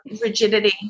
rigidity